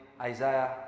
Isaiah